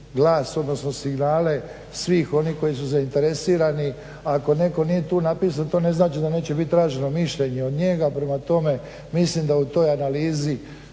glas odnosno signale svih onih koji su zainteresirani. Ako netko nije tu napisan to ne znači da neće biti traženo mišljenje od njega. Prema tome, mislim da u toj analizi